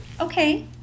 Okay